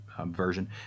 version